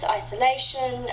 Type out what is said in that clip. isolation